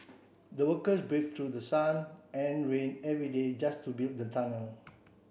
the workers braved through sun and rain every day just to build the tunnel